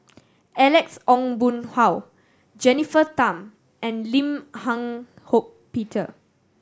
Alex Ong Boon Hau Jennifer Tham and Lim Eng Hock Peter